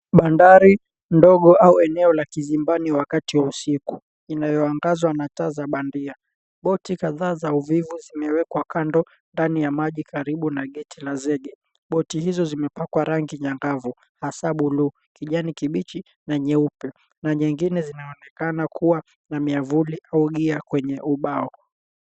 Bandari ndogo au eneo la kizimbani wakati wa usiku inayoangazwa na taa bandia, boti kadhaa za uvuvi zimeekwa kwa kando ndani ya maji karibu na geti la zege. Boti hizo zimepakwa rangi angavu hasa blu, kijani kibichi na nyeupe na nyingine zinaonekana kuwa na miyavuli au gear kwenye ubao.